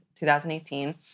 2018